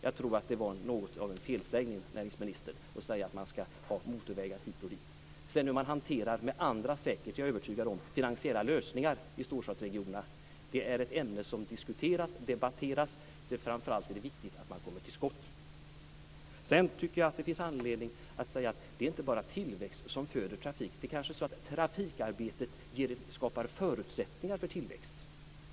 Jag tror att det var något av en felsägning, näringsministern, att säga att man ska ha motorvägar hit och dit. Hur man sedan hanterar andra finansiella lösningar i storstadsregionerna är ett ämne som diskuteras och debatteras, men framför allt är det viktigt att man kommer till skott. Sedan tycker jag att det finns anledning att säga att det inte bara är tillväxt som föder trafik. Det kanske är så att trafikarbetet skapar förutsättningar för tillväxt.